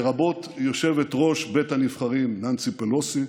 לרבות יושבת-ראש בית הנבחרים ננסי פלוסי,